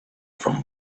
from